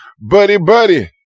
buddy-buddy